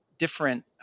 different